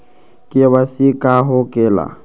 KYC का हो के ला?